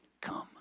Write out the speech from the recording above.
come